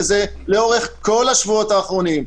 וזה לאורך כל השבועות האחרונים.